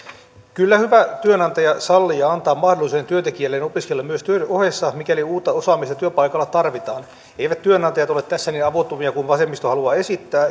kyllä hyvä työnantaja sallii ja antaa mahdollisuuden työntekijälleen opiskella myös työn ohessa mikäli uutta osaamista työpaikalla tarvitaan eivät työnantajat ole tässä niin avuttomia kuin vasemmisto haluaa esittää